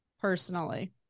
personally